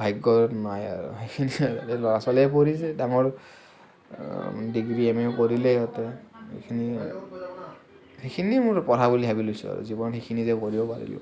ভাগ্যত নাই আৰু সেইখিনিয়ে আৰু এতিয়া ল'ৰা ছোৱালীয়ে পঢ়িছে ডাঙৰ ডিগ্ৰী এম এ ও কৰিলে ইহঁতে এইখিনিয়ে সেইখিনিয়ে মোৰ পঢ়া বুলি ভাবি লৈছোঁ আৰু জীৱন সেইখিনি যে কৰিব পাৰিলোঁ